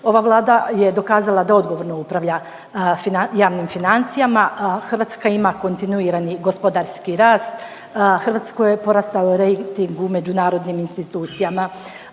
Ova Vlada je dokazala da odgovorno upravlja fina, javnim financijama. Hrvatska ima kontinuirani gospodarski raste. Hrvatskoj je porastao rejting u međunarodnim institucijama.